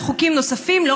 חוקים נוספים,